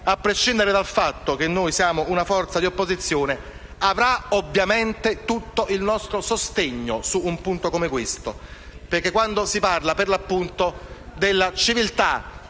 a prescindere dal fatto che siamo una forza di opposizione, avrà ovviamente tutto il nostro sostegno su un punto come questo. Quando si parla della civiltà